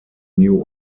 new